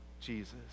Jesus